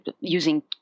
using